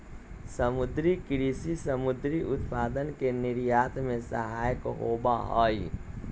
समुद्री कृषि समुद्री उत्पादन के निर्यात में सहायक होबा हई